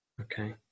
Okay